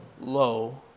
low